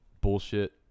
bullshit